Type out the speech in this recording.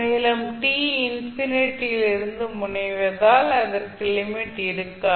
மேலும் t infinity க்கு முனைவதால் அதற்கு லிமிட் இருக்காது